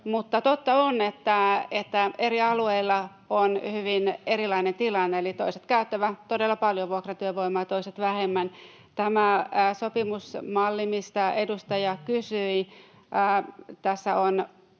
totta on, että eri alueilla on hyvin erilainen tilanne, eli toiset käyttävät todella paljon vuokratyövoimaa ja toiset vähemmän. Tässä sopimusmallissa, mistä edustaja kysyi, on